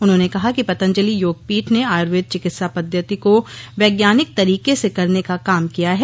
उन्होंने कहा कि पतंजलि योगपीठ ने आयुर्वेद चिकित्सा पद्वति को वैज्ञानिक तरीके से करने का काम किया है